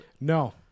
No